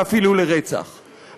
ואפילו לרצח,